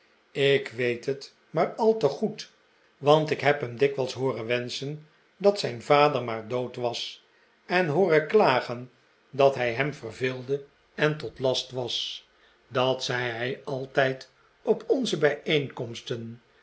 ik weet het maar al te goed want ik heb hem ditwijls hooren wenschen dat zijn vader maar dood was en hooren klagen dat hij hem verveelde en tot last was dat zei hij altijd op onze bijeenkomsten